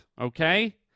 okay